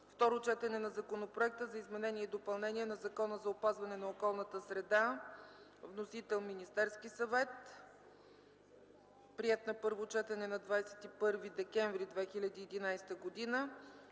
Второ четене на Законопроекта за изменение и допълнение на Закона за опазване на околната среда. Вносител: Министерски съвет; приет на първо четене на 21 декември 2011 г.